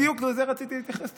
בדיוק לזה רציתי להתייחס.